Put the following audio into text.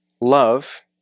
love